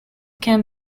can